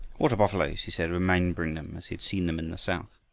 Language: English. water-buffaloes, he said, remembering them as he had seen them in the south.